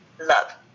love